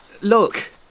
Look